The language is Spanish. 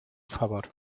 favor